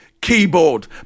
keyboard